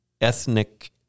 ethnic